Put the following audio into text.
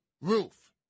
roof